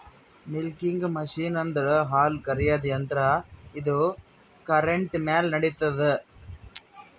milking machine ಅಂದ್ರ ಹಾಲ್ ಕರ್ಯಾದ್ ಯಂತ್ರ ಇದು ಕರೆಂಟ್ ಮ್ಯಾಲ್ ನಡಿತದ್